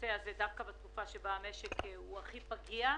הנושא הזה דווקא בתקופה שבה המשק הוא הכי פגיע.